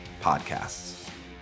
podcasts